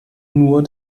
nur